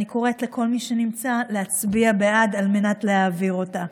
אני קוראת לכל מי שנמצא להצביע בעד על מנת להעביר אותה.